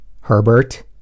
Herbert